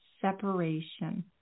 separation